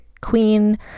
Queen